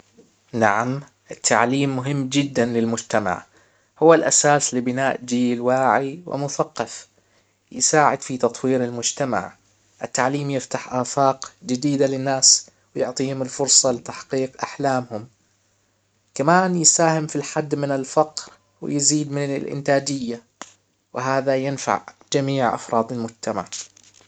نعم التعليم مهم جدا للمجتمع هو الاساس لبناء جيل الواعي ومثقف يساعد في تطوير المجتمع التعليم يفتح افاق جديدة للناس ويعطيهم الفرصة لتحقيق احلامهم كمان يساهم في الحد من الفقر ويزيد من الإنتاجيه وهذا ينفع جميع افراد المجتمع